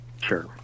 Sure